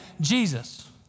Jesus